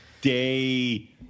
day